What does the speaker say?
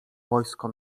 wojsko